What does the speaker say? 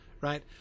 Right